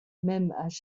même